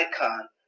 icon